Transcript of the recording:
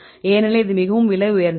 ஏனெனில் இது மிகவும் விலை உயர்ந்தது